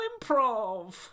improv